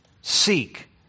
seek